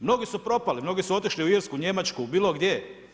Mnogi su propali, mnogi su otišli u Irsku, Njemačku, bilo gdje.